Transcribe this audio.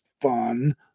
fun